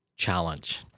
challenge